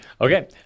okay